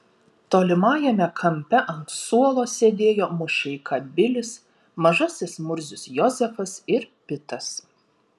tolimajame kampe ant suolo sėdėjo mušeika bilis mažasis murzius jozefas ir pitas